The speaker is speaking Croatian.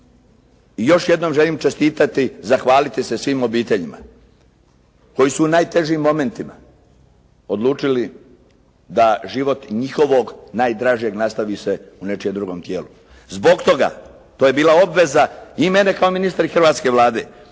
I još jednom želim čestitati, zahvaliti se svim obiteljima koji su u najtežim momentima odlučili da život njihovog najdražeg nastavi se u nečijem drugom tijelu. Zbog toga, to je bila obveza i mene kao ministra i hrvatske Vlade,